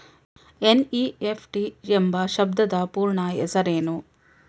NEFT ಎಂಬ ಶಬ್ದದ ಪೂರ್ಣ ಹೆಸರೇನು?